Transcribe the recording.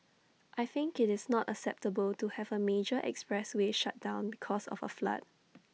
I think IT is not acceptable to have A major expressway shut down because of A flood